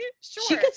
sure